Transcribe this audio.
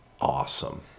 awesome